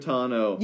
Tano